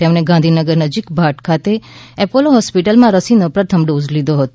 તેમણે ગાંધીનગર નજીક ભાટ ખાતે એપોલો હોસ્પિટલમાં રસીનો પ્રથમ ડોઝ લીધો હતો